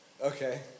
Okay